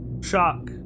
Shock